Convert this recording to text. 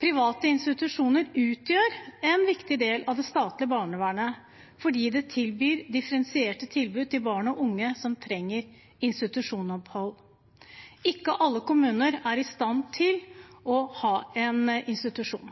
Private institusjoner utgjør en viktig del av det statlige barnevernet fordi de tilbyr differensierte tilbud til barn og unge som trenger institusjonsopphold. Ikke alle kommuner er i stand til å ha en institusjon.